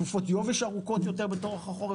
תקופות יובש ארוכות יותר בתוך החורף.